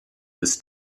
this